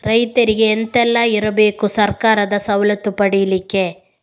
ರೈತರಿಗೆ ಎಂತ ಎಲ್ಲ ಇರ್ಬೇಕು ಸರ್ಕಾರದ ಸವಲತ್ತು ಪಡೆಯಲಿಕ್ಕೆ?